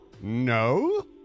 no